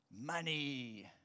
money